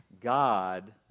God